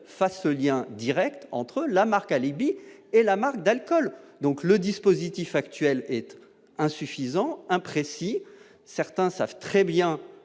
fassent lien Direct entre la marque alibi et la marque d'alcool, donc le dispositif actuel est insuffisant, imprécis, certains savent très bien